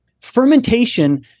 Fermentation